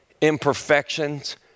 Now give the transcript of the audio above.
imperfections